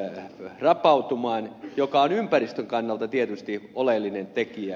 pääse rapautumaan mikä on ympäristön kannalta tietysti oleellinen tekijä